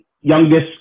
youngest